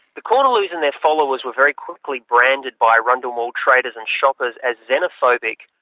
the corneloups and their followers were very quickly branded by rundle mall traders and shoppers as xenophobic,